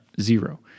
zero